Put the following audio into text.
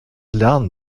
lernen